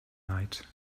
night